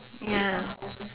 ya